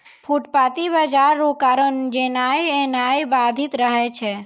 फुटपाटी बाजार रो कारण जेनाय एनाय बाधित रहै छै